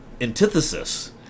antithesis